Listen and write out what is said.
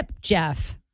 Jeff